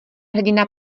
hrdina